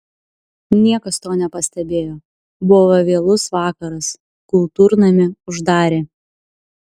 niekas to nepastebėjo buvo vėlus vakaras kultūrnamį uždarė